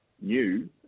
new